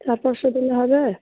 চার পাঁচশো দিলে হবে